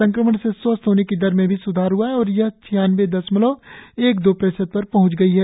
संक्रमण से स्वस्थ होने की दर में भी स्धार हआ है और यह छियानवे दशमलव एक दो प्रतिशत पर पहँच गई है